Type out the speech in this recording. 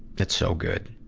it's so good.